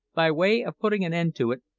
by way of putting an end to it,